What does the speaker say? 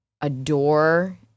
adore